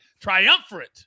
triumphant